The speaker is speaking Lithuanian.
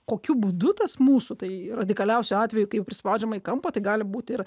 kokiu būdu tas mūsų tai radikaliausiu atveju kai prispaudžiama į kampą tai gali būti ir